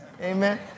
Amen